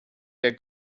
der